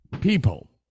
people